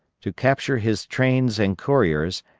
to capture his trains and couriers,